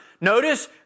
Notice